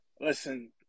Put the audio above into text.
listen